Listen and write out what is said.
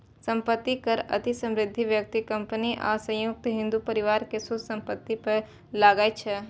संपत्ति कर अति समृद्ध व्यक्ति, कंपनी आ संयुक्त हिंदू परिवार के शुद्ध संपत्ति पर लागै छै